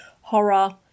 horror